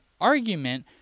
argument